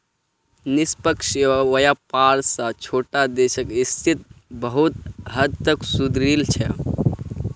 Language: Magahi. निष्पक्ष व्यापार स छोटो देशक स्थिति बहुत हद तक सुधरील छ